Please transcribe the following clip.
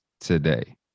today